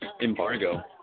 embargo